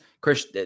Chris